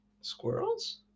Squirrels